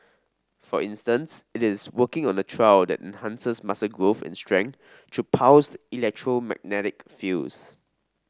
for instance it is working on a trial that enhances muscle growth and strength through pulsed electromagnetic fields